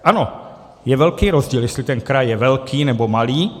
Ano, je velký rozdíl, jestli ten kraj je velký, nebo malý.